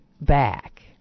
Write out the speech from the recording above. back